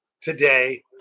today